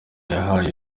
yahaye